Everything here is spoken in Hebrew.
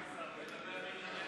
חברי הכנסת,